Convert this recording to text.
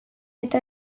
eta